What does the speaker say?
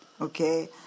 Okay